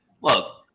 look